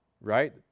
right